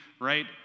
right